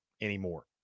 anymore